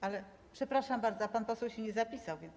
Ale, przepraszam bardzo, pan poseł się nie zapisał, więc.